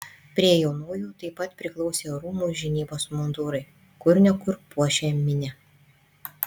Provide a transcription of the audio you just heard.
prie jaunųjų taip pat priklausė rūmų žinybos mundurai kur ne kur puošią minią